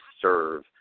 serve